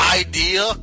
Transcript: idea